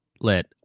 Let